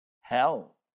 hell